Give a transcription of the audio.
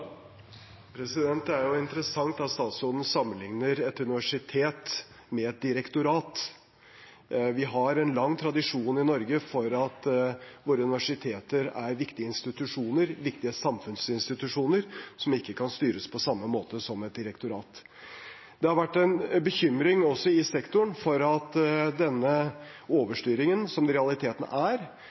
Det er interessant at statsråden sammenligner et universitet med et direktorat. Vi har en lang tradisjon i Norge for at våre universiteter er viktige institusjoner, viktige samfunnsinstitusjoner som ikke kan styres på samme måte som et direktorat. Det har vært en bekymring også i sektoren for at denne overstyringen, som det i realiteten er,